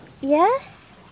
yes